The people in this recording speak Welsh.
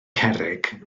cerrig